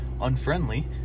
unfriendly